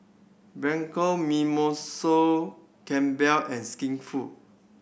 Bianco Mimosa Campbell and Skinfood